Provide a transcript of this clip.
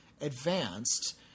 advanced